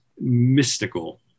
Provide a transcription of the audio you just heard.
mystical